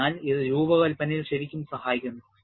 അതിനാൽ ഇത് രൂപകൽപ്പനയിൽ ശരിക്കും സഹായിക്കുന്നു